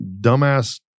dumbass